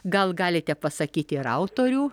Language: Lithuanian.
gal galite pasakyti ir autorių